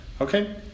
Okay